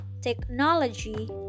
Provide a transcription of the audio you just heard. technology